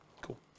Cool